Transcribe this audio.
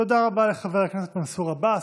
תודה רבה לחבר הכנסת מנסור עבאס.